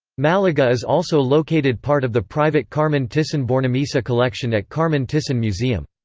malaga is also located part of the private carmen thyssen-bornemisza collection at carmen thyssen museum.